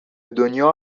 دنیا